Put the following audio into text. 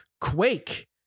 Quake